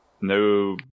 No